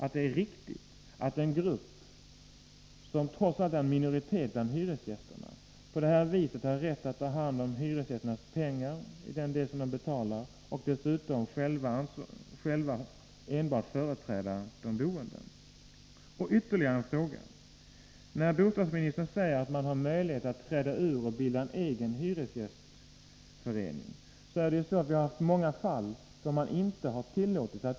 Tycker bostadsministern att en minoritet av hyresgästerna på detta sätt har rätt att ta hand om dessa hyresgästernas pengar och dessutom företräda de boende? Bostadsministern säger vidare att man har möjlighet att utträda ur en hyresgästförening och själv bilda en sådan. Det finns faktiskt många exempel på att detta inte har tillåtits.